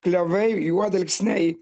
klevai juodalksniai